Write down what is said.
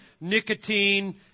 nicotine